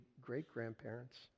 great-grandparents